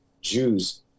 Jews